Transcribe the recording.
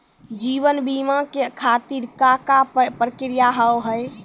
जीवन बीमा के खातिर का का प्रक्रिया हाव हाय?